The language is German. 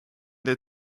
der